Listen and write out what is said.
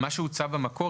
מה שהוצע במקור,